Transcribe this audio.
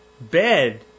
bed